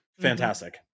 fantastic